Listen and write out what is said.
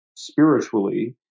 spiritually